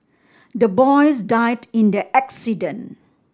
the boys died in the accident